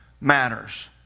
matters